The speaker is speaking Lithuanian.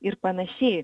ir panašiai